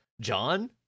John